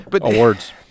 awards